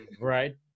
Right